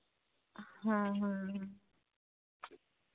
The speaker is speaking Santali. ᱦᱮᱸ ᱦᱮᱸ ᱦᱮᱸ